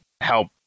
help